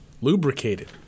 lubricated